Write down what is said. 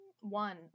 One